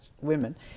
women